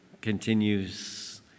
Continues